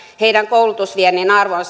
heidän koulutusvientinsä arvo on